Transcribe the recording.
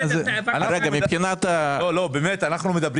אנחנו מדברים